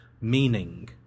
meaning